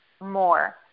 more